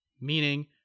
meaning